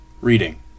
reading